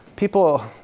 People